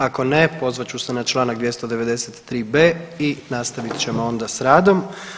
Ako ne pozvat ću se na Članak 293b. i nastavit ćemo onda s radom.